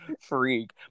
freak